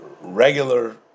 regular